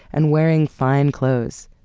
and wearing fine clothes.